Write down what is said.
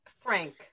Frank